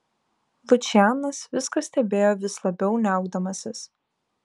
lučianas viską stebėjo vis labiau niaukdamasis